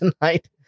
tonight